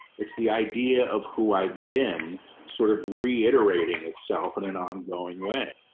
it's the idea of who i've been sort of reiterating itself in an ongoing way.